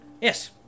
Yes